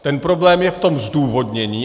Ten problém je v tom zdůvodnění.